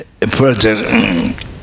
project